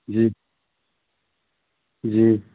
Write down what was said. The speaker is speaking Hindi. जी जी